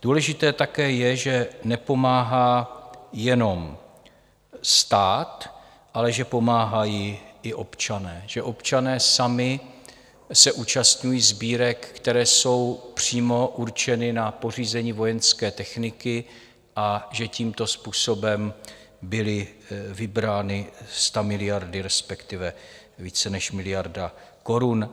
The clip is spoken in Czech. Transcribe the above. Důležité také je, že nepomáhá jenom stát, ale že pomáhají i občané, že občané sami se účastní sbírek, které jsou přímo určeny na pořízení vojenské techniky, a že tímto způsobem byly vybrány sta, miliardy, respektive více než miliarda korun.